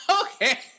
Okay